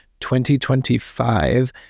2025